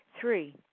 Three